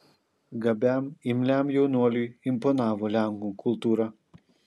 gabiam imliam jaunuoliui imponavo lenkų kultūra